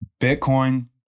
Bitcoin